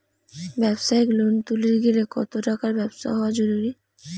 ব্যবসায়িক লোন তুলির গেলে কতো টাকার ব্যবসা হওয়া জরুরি?